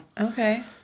Okay